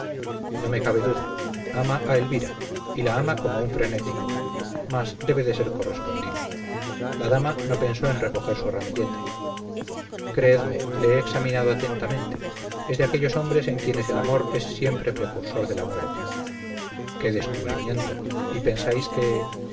no me cabe duda ama a elvira y la ama como un frenético mas debe de ser correspondido la dama no pensó en recoger su ramillete creedme le he examinado atentamente es de aquellos hombres en quienes el amor es siempre precursor de la muerte qué descubrimiento y pensáis que